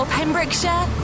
Pembrokeshire